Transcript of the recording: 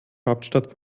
hauptstadt